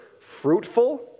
fruitful